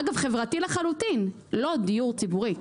אגב, חברתי לחלוטין, אבל לא דיור ציבורי.